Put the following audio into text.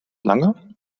lange